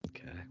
Okay